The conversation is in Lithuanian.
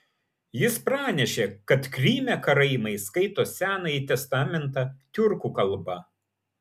jis pranešė kad kryme karaimai skaito senąjį testamentą tiurkų kalba